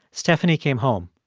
stephanie came home.